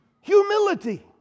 humility